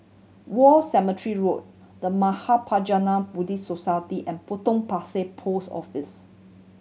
War Cemetery Road The Mahaprajna Buddhist Society and Potong Pasir Post Office